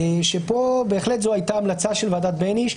פה זו בהחלט הייתה המלצה של ועדת בייניש,